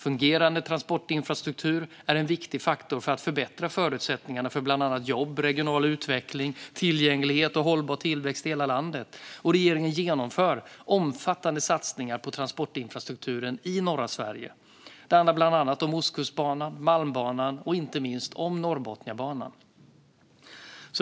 Fungerande transportinfrastruktur är en viktig faktor för att förbättra förutsättningarna för bland annat jobb, regional utveckling, tillgänglighet och hållbar tillväxt i hela landet. Regeringen genomför omfattande satsningar på transportinfrastrukturen i norra Sverige. Det handlar bland annat om Ostkustbanan, Malmbanan och inte minst Norrbotniabanan.